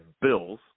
bills